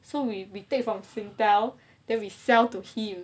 so we we take from singtel then we sell to him